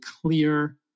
clear